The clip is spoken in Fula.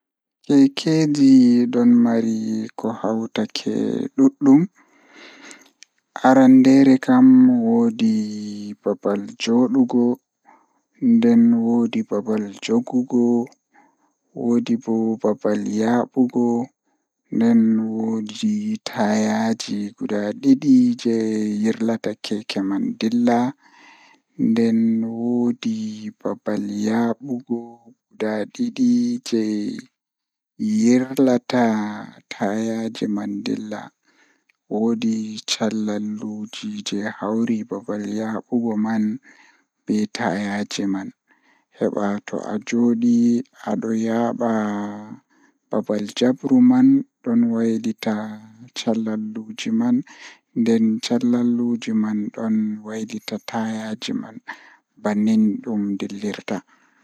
Njamaaji goɗɗo ɗum ko njoɓdi, hoore ko rewɓe njiddaade sabu njamaaji goɗɗo. Ko njoɓdi ngorko, ko rewɓe nguurndam laawol. E hoore, njamaaji waɗa ko fiyaangu kadi, rewɓe ko rewɓe ɗum ko.